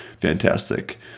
fantastic